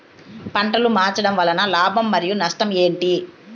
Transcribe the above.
పంటలు మార్చడం వలన లాభం మరియు నష్టం ఏంటి